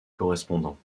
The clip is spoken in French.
correspondants